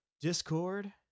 discord